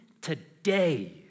today